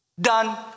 Done